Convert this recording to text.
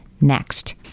next